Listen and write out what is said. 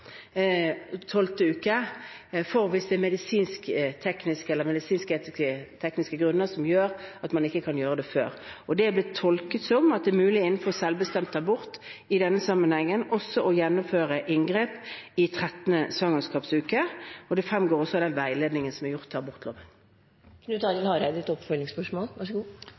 uke, hvis det er medisinsk-tekniske grunner som gjør at man ikke kan gjøre det før. Det er blitt tolket som at det mulig, innenfor bestemmelsen om selvbestemt abort, også i denne sammenhengen å gjennomføre inngrep i 13. svangerskapsuke. Det fremgår også av veiledningen som følger abortloven. Eg vil takke for svaret. Eg er